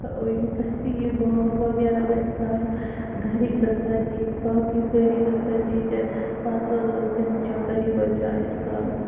یہِ گژھہِ یہِ واک وَغیرہ گَژھہِ کَرُن گَرک گَژھن ننۍ باقٕے سٲری گَژھن ننۍ منٛز منٛز منٛز گژھہِ چَکَر یِمَن جایَن کَرُن